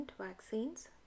vaccines